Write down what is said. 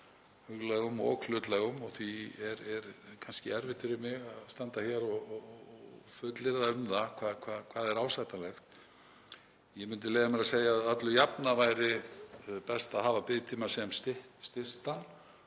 huglægum og hlutlægum, og því er kannski erfitt fyrir mig að standa hér og fullyrða um það hvað er ásættanlegt. Ég myndi leyfa mér að segja að alla jafna væri best að hafa biðtíma sem stystan